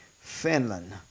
Finland